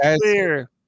clear